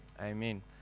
Amen